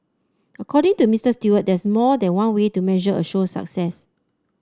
according to Mister Stewart there's more than one way to measure a show success